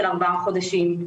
של ארבעה חודשים.